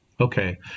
okay